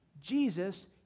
Jesus